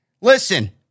Listen